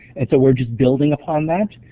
and so we're just building upon that,